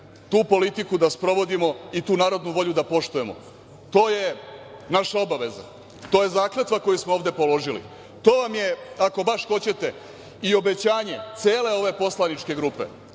politiku da sprovodimo i tu narodnu volju da poštujemo. To je naša obaveza. To je zakletva koju smo ovde položili, to vam je ako baš hoćete i obećanje cele ove poslaničke grupe